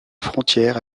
frontière